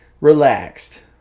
Relaxed